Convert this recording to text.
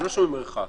הם לא שומרים מרחק.